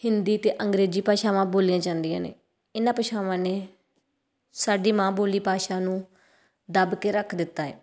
ਹਿੰਦੀ ਅਤੇ ਅੰਗਰੇਜ਼ੀ ਭਾਸ਼ਾਵਾਂ ਬੋਲੀਆਂ ਜਾਂਦੀਆਂ ਨੇ ਇਹਨਾਂ ਭਾਸ਼ਾਵਾਂ ਨੇ ਸਾਡੀ ਮਾਂ ਬੋਲੀ ਭਾਸ਼ਾ ਨੂੰ ਦੱਬ ਕੇ ਰੱਖ ਦਿੱਤਾ ਹੈ